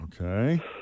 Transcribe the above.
Okay